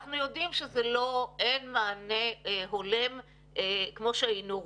אנחנו יודעים שאין מענה הולם כמו שהיינו רוצים.